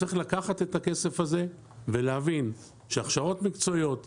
צריך לקחת את הכסף הזה ולהבין שהכשרות מקצועיות,